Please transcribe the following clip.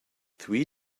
three